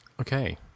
Okay